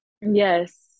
Yes